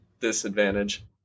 disadvantage